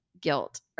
guilt